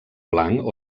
blanc